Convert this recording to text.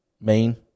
main